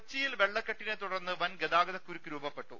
കൊച്ചിയിൽ വെള്ളക്കെട്ടിനെ തുടർന്ന് വൻ ഗതാഗതക്കുരുക്ക് രൂപപ്പെട്ടു